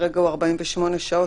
שכרגע הוא 48 שעות,